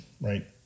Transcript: right